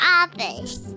office